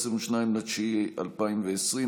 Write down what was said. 22 בספטמבר 2020,